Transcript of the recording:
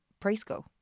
preschool